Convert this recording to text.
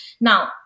Now